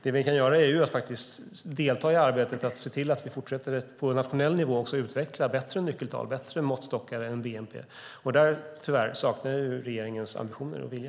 Det vi kan göra är att faktiskt delta i arbetet med att se till att vi på nationell nivå fortsätter att utveckla bättre nyckeltal och bättre måttstockar än bnp. Där saknar jag tyvärr regeringens ambitioner och vilja.